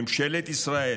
ממשלת ישראל,